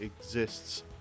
exists